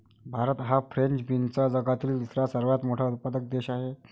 भारत हा फ्रेंच बीन्सचा जगातील तिसरा सर्वात मोठा उत्पादक देश आहे